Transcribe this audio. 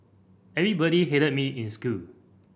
everybody hated me in school